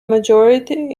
majority